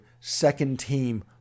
second-team